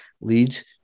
leads